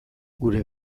gure